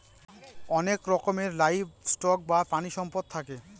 অনেক রকমের livestock বা প্রানীসম্পদ থাকে